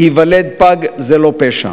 להיוולד פג זה לא פשע.